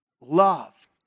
love